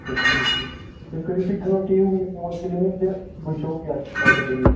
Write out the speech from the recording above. اچھا ٹھیٖک چھُ تیٚلہِ کٔرِو تُہۍ کٲم تُہۍ یِیِو میون کِلنِک تہِ بہٕ وٕچھہو کیٛاہ تۄہہِ کیٛاہ دٔلیٖل